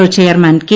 O chairman K